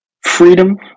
freedom